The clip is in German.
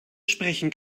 sprechen